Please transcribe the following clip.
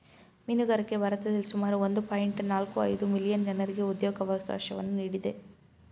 ಮೀನುಗಾರಿಕೆ ಭಾರತದಲ್ಲಿ ಸುಮಾರು ಒಂದು ಪಾಯಿಂಟ್ ನಾಲ್ಕು ಐದು ಮಿಲಿಯನ್ ಜನರಿಗೆ ಉದ್ಯೋಗವಕಾಶವನ್ನು ನೀಡಿದೆ